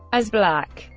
as black,